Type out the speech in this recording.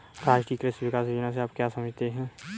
राष्ट्रीय कृषि विकास योजना से आप क्या समझते हैं?